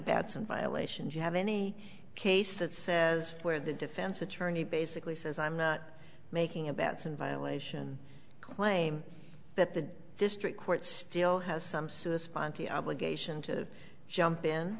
bad some violations you have any case that says where the defense attorney basically says i'm not making about some violation claim that the district court still has some serious ponty obligation to jump in